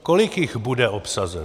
Kolik jich bude obsazeno?